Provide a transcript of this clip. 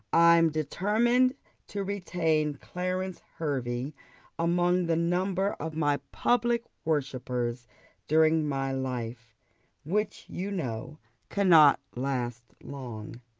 i'm determined to retain clarence hervey among the number of my public worshippers during my life which you know cannot last long.